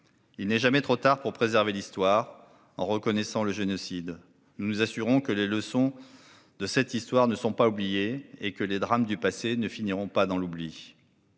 Il n'est jamais trop tard pour préserver l'histoire. En reconnaissant le génocide, nous nous assurons que ses leçons ne sont pas effacées et que les drames du passé ne finiront pas dans l'oubli.